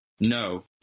No